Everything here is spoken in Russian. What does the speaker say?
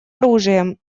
оружием